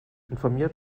informiert